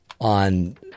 on